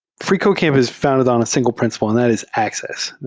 freecodecamp is founded on a single principle, and that is access.